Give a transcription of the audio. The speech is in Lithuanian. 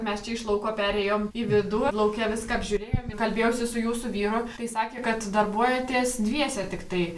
mes čia iš lauko perėjom į vidų lauke viską apžiūrėjom kalbėjausi su jūsų vyru tai sakė kad darbuojatės dviese tiktai